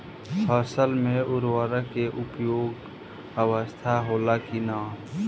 फसल में उर्वरक के उपयोग आवश्यक होला कि न?